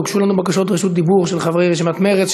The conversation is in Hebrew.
הוגשו לנו בקשות רשות דיבור של חברי רשימת מרצ,